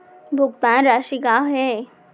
भुगतान राशि का हे?